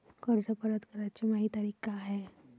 कर्ज परत कराची मायी तारीख का हाय?